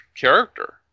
character